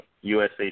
USA